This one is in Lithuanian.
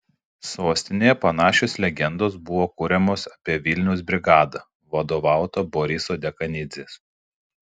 sostinėje panašios legendos buvo kuriamos apie vilniaus brigadą vadovautą boriso dekanidzės